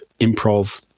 improv